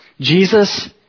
Jesus